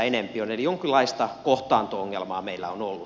eli jonkinlaista kohtaanto ongelmaa meillä on ollut